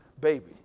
Baby